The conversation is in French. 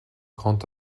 grand